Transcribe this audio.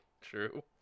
true